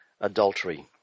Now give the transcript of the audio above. adultery